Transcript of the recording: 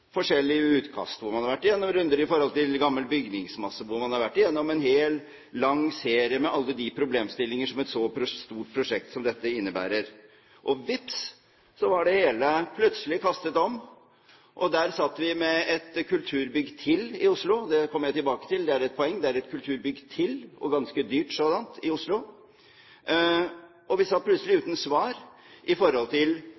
forskjellige utkast, hvor man har vært gjennom runder i forhold til gammel bygningsmasse, hvor man har vært gjennom en hel lang serie med alle de problemstillinger som et så stort prosjekt som dette innebærer. Og vips, så var det hele plutselig kastet om, og der satt vi med et kulturbygg til i Oslo – det kommer jeg tilbake til, det er et poeng – og et ganske dyrt sådant. Vi satt plutselig uten svar i forhold til gammel bygningsmasse, som, hvordan vi enn snur og vender på det, kommer til